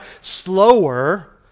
slower